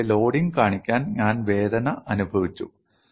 ഇതുപോലെ ലോഡിംഗ് കാണിക്കാൻ ഞാൻ വേദന അനുഭവിച്ചു